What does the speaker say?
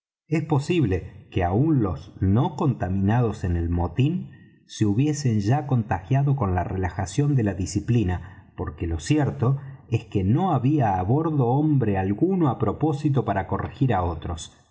es posible que aun los no contaminados en el motín se hubiesen ya contagiado con la relajación de la disciplina porque lo cierto es que no había á bordo hombre alguno á propósito para corregir á otros